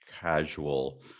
casual